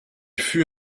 fut